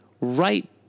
right